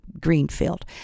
Greenfield